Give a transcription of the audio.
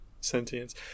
sentience